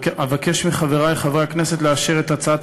אבקש מחברי חברי הכנסת לאשר את הצעת